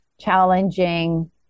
challenging